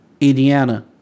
Indiana